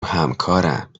همکارم